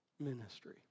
ministry